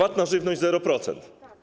VAT na żywność - 0%.